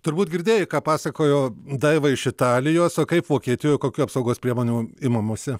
turbūt girdėjai ką pasakojo daiva iš italijos o kaip vokietijoj kokių apsaugos priemonių imamasi